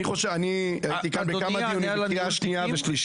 הייתי כאן בכמה דיונים בקריאה שנייה ושלישית